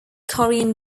korean